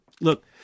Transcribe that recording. Look